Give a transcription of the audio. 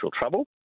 trouble